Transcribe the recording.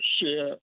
share